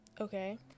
Okay